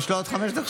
יש לו עוד חמש דקות.